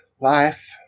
life